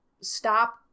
stop